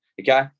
okay